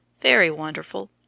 very wonderful,